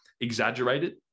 exaggerated